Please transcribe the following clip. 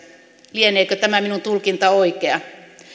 lieneekö tämä minun tulkintani oikea